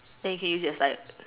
then you can use just like